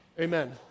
Amen